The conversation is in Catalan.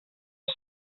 els